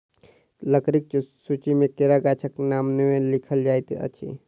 लकड़ीक सूची मे केरा गाछक नाम नै लिखल जाइत अछि